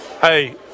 hey